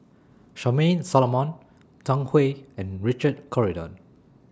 Charmaine Solomon Zhang Hui and Richard Corridon